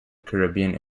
caribbean